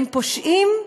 הם פושעים,